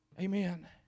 Amen